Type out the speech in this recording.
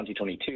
2022